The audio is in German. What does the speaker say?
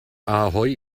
ahoi